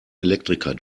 elektriker